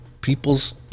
people's